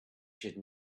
should